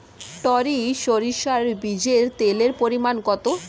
টরি সরিষার বীজে তেলের পরিমাণ কত?